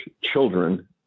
children